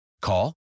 Call